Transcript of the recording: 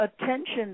attention